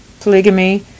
polygamy